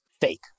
fake